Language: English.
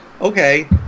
Okay